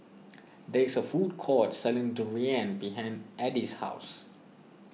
there is a food court selling Durian behind Edie's house